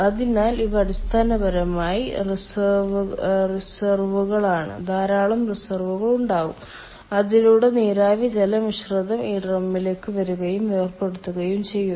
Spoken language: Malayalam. അതിനാൽ ഇവ അടിസ്ഥാനപരമായി റീസറുകളാണ് ധാരാളം റീസറുകൾ ഉണ്ടാകും അതിലൂടെ നീരാവി ജല മിശ്രിതം ഈ ഡ്രമ്മിലേക്ക് വരുകയും വേർപെടുത്തുകയും ചെയ്യും